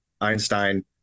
Einstein